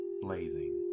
blazing